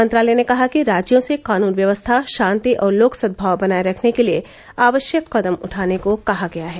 मंत्रालय ने कहा कि राज्यों से कानून व्यवस्था शांति और लोक सद्भाव बनाये रखने के लिए आवश्यक कदम उठाने को कहा गया है